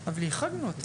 אבל איחדנו אותם.